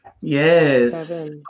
Yes